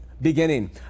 beginning